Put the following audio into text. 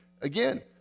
Again